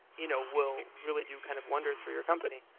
you know will really do kind of wonders for your company.